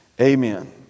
amen